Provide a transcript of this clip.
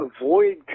avoid